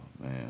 man